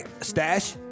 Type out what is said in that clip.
Stash